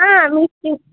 మీ skin